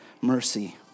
mercy